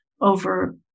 over